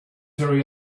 hurry